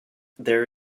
there